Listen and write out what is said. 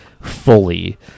fully